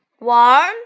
Warm